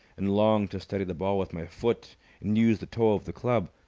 and long to steady the ball with my foot and use the toe of the club.